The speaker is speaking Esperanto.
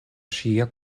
ŝia